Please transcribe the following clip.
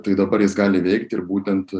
tai dabar jis gali veikti ir būtent